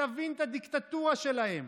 תבין את הדיקטטורה שלהם.